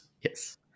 Yes